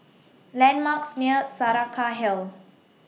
landmarks near Saraca Hill